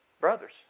Brothers